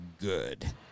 good